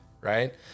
right